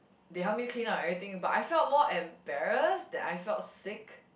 they help me clean up everything but I felt more embarrass that I felt sick